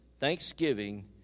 thanksgiving